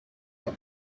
but